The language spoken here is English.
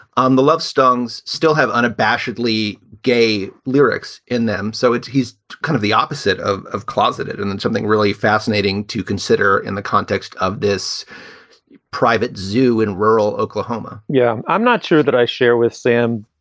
on the loves, tongues still have unabashedly gay lyrics in them. so it's he's kind of the opposite of of closeted. and then something really fascinating to consider in the context of this private zoo in rural oklahoma yeah, i'm not sure that i share with sam